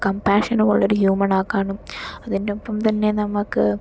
കംപാഷനുമുള്ള ഒരു ഹ്യൂമൺ ആക്കാനും അതിനൊപ്പം തന്നെ നമുക്ക്